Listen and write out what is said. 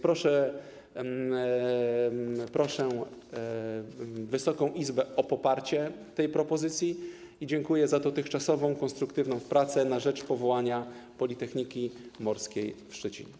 Proszę zatem Wysoką Izbę o poparcie tej propozycji i dziękuję za dotychczasową konstruktywną pracę na rzecz powołania Politechniki Morskiej w Szczecinie.